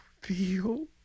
feel